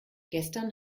gestern